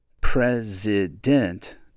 president